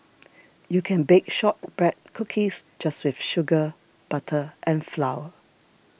you can bake Shortbread Cookies just with sugar butter and flour